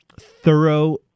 thorough